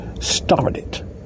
started